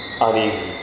uneasy